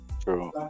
true